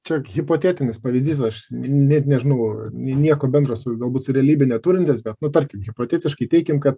čia hipotetinis pavyzdys aš net nežinau nieko bendro su galbūt realybe neturintis bet nu tarkim hipotetiškai teikim kad